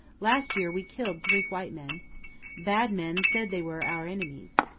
last year we killed three white men bad men said they were our enemies.